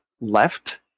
left